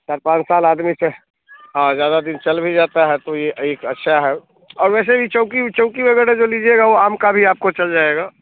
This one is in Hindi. चार पाँच साल आदमी के और ज़्यादा दिन चल भी जाता है तो यह एक अच्छा है और वैसे भी चौकी चौकी वग़ैरह जो लीजिएगा वह आम का भी आपको चल जाएगा